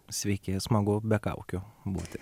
sveiki smagu be kaukių būti